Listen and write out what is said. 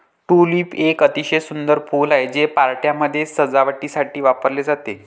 tulip एक अतिशय सुंदर फूल आहे, ते पार्ट्यांमध्ये सजावटीसाठी वापरले जाते